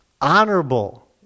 honorable